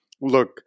look